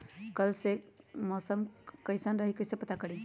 कल के मौसम कैसन रही कई से पता करी?